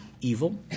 evil